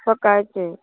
सकाळचें